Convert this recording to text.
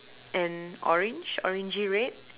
and orange orangey red